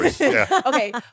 Okay